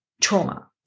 trauma